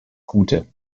gute